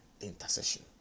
Intercession